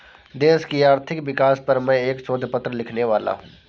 देश की आर्थिक विकास पर मैं एक शोध पत्र लिखने वाला हूँ